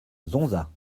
zonza